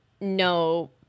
no